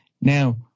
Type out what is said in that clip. now